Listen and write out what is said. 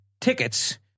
tickets